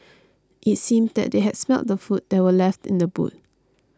it seemed that they had smelt the food that were left in the boot